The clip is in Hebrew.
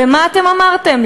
ומה אתם אמרתם?